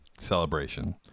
celebration